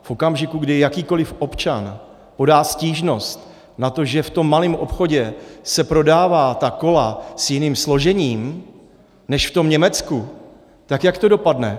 V okamžiku, kdy jakýkoliv občan podá stížnost na to, že v tom malým obchodě se prodává kola s jiným složením než v tom Německu, tak jak to dopadne?